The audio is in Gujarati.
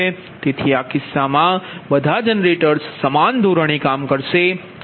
તેથી આ કિસ્સામાં બધા જનરેટર્સ સમાન ધોરણે કામ કરશે